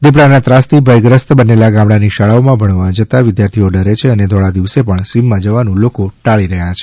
દીપડાના ત્રાસથી ભયગ્રસ્ત બનેલા ગામડાની શાળાઓમાં ભણવા જતાં વિદ્યાર્થીઓ ડરે છે અને ધોળા દિવસે પણ સિમમાં જવાનું લોકો ટાળી રહ્યા છે